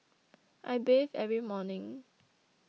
I bathe every morning